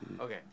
okay